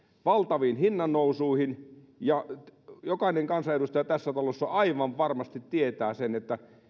valtaviin hinnannousuihin jokainen kansanedustaja tässä talossa aivan varmasti tietää sen